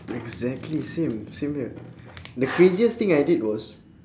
exactly same same here the craziest thing I did was